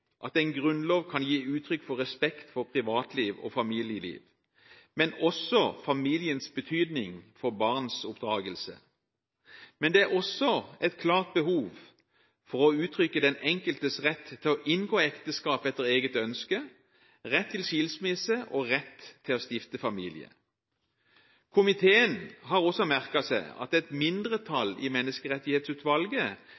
uttrykke den enkeltes rett til å inngå ekteskap etter eget ønske, rett til skilsmisse og rett til å stifte familie. Komiteen har også merket seg at et